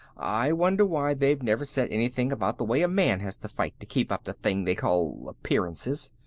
i wonder why they've never said anything about the way a man has to fight to keep up the thing they call appearances.